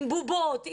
עם בובות,